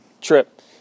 trip